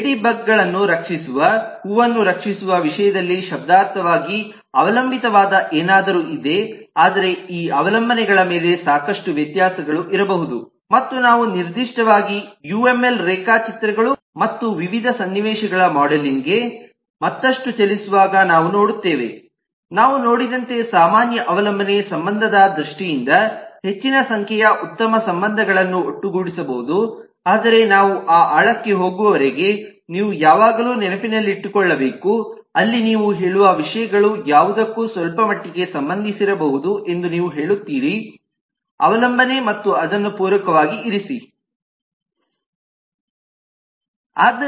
ladybug ಗಳನ್ನು ರಕ್ಷಿಸುವ ಹೂವನ್ನು ರಕ್ಷಿಸುವ ವಿಷಯದಲ್ಲಿ ಶಬ್ದಾರ್ಥವಾಗಿ ಅವಲಂಬಿತವಾದ ಏನಾದರೂ ಇದೆ ಆದರೆ ಈ ಅವಲಂಬನೆಗಳ ಮೇಲೆ ಸಾಕಷ್ಟು ವ್ಯತ್ಯಾಸಗಳು ಇರಬಹುದು ಮತ್ತು ನಾವು ನಿರ್ದಿಷ್ಟವಾಗಿ ಯುಎಂಎಲ್ ರೇಖಾಚಿತ್ರಗಳು ಮತ್ತು ವಿವಿಧ ಸನ್ನಿವೇಶಗಳ ಮಾಡೆಲಿಂಗ್ ಗೆ ಮತ್ತಷ್ಟು ಚಲಿಸುವಾಗ ನಾವು ನೋಡುತ್ತೇವೆ ನಾವು ನೋಡಿದಂತೆ ಸಾಮಾನ್ಯ ಅವಲಂಬನೆ ಸಂಬಂಧದ ದೃಷ್ಟಿಯಿಂದ ಹೆಚ್ಚಿನ ಸಂಖ್ಯೆಯ ಉತ್ತಮ ಸಂಬಂಧಗಳನ್ನು ಒಟ್ಟುಗೂಡಿಸಬಹುದು ಆದರೆ ನಾವು ಆ ಆಳಕ್ಕೆ ಹೋಗುವವರೆಗೆ ನೀವು ಯಾವಾಗಲೂ ನೆನಪಿನಲ್ಲಿಟ್ಟುಕೊಳ್ಳಬೇಕು ಅಲ್ಲಿ ನೀವು ಹೇಳುವ ವಿಷಯಗಳು ಯಾವುದಕ್ಕೂ ಸ್ವಲ್ಪಮಟ್ಟಿಗೆ ಸಂಬಂಧಿಸಿರಬಹುದು ಅದನ್ನು ಅವಲಂಬನೆಯನ್ನು ಹಾಕಿ ಮತ್ತು ಡಿಯೆಟ್ನಲ್ಲಿ ಇರಿಸಿಲಾಗಿದೆ